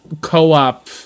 co-op